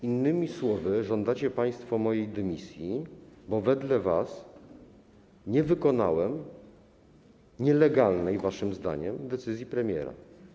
Innymi słowy, żądacie państwo mojej dymisji, bo wedle was nie wykonałem nielegalnej waszym zdaniem decyzji premiera.